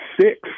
six